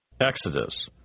Exodus